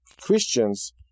Christians